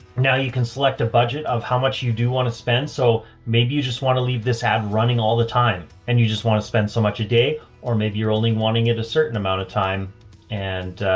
now you can select a budget of how much you do want to spend. so maybe you just want to leave this ad running all the time and you just want to spend so much a day or maybe you're only wanting it a certain amount of time and,